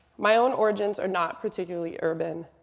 my own origins are not particularly urban.